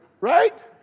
Right